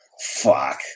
fuck